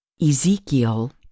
Ezekiel